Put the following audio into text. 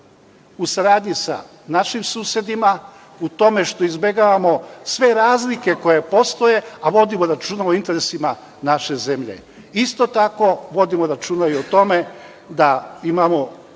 u saradnji sa našim susedima, u tome što izbegavamo sve razlike koje postoje, a vodimo računa o interesima naše zemlje. Isto tako, vodimo računa i o tome da imamo